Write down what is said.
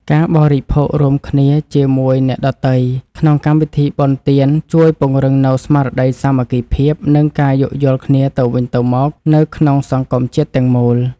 ការបរិភោគរួមគ្នាជាមួយអ្នកដទៃក្នុងកម្មវិធីបុណ្យទាន ជួយពង្រឹងនូវស្មារតីសាមគ្គីភាព និងការយោគយល់គ្នាទៅវិញទៅមកនៅក្នុងសង្គមជាតិទាំងមូល។